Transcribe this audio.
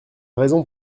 raison